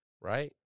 Right